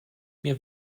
mir